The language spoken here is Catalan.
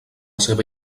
seva